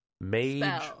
Mage